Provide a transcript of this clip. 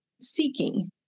seeking